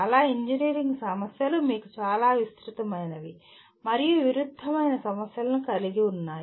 చాలా ఇంజనీరింగ్ సమస్యలు మీకు చాలా విస్తృతమైనవి మరియు విరుద్ధమైన సమస్యలను కలిగి ఉన్నాయి